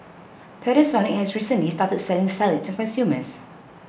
Panasonic has recently started selling salad to consumers